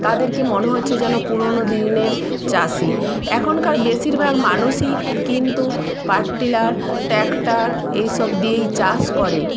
তাদেরকে মনে হচ্ছে যেন পুরোনো দিনের চাষি এখনকার বেশিরভাগ মানুষই কিন্তু পাওয়ার টিলার ট্যাকটার এই সব দিয়েই চাষ করে